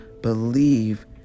believe